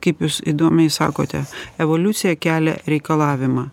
kaip jūs įdomiai sakote evoliucija kelia reikalavimą